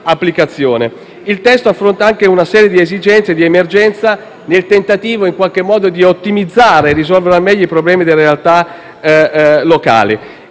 Il testo affronta anche una serie di esigenze e di emergenze nel tentativo in qualche modo di ottimizzare e risolvere al meglio i problemi delle realtà locali.